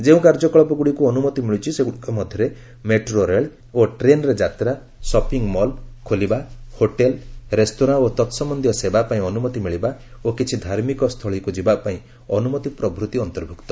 ଯେଉଁ କାର୍ଯ୍ୟକଳାପଗୁଡ଼ିକୁ ଅନୁମତି ମିଳିଛି ସେଗୁଡ଼ିକ ମଧ୍ୟରେ ମେଟ୍ରୋ ରେଳ ଓ ଟ୍ରେନ୍ରେ ଯାତ୍ରା ସପିଙ୍ଗ୍ମଲ୍ ଖୋଲିବା ହୋଟେଲ୍ ରେସ୍ତୋରାଁ ଓ ତତ୍ସମ୍ୟନ୍ଧୀୟ ସେବା ପାଇଁ ଅନୁମତି ମିଳିବା ଓ କିଛି ଧାର୍ମିକ ସ୍ଥଳୀକୁ ଯିବା ପାଇଁ ଅନୁମତି ପ୍ରଭୃତି ଅନ୍ତର୍ଭୁକ୍ତ